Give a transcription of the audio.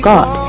God